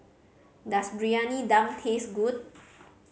does Briyani Dum taste good